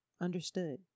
understood